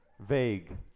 Vague